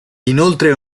inoltre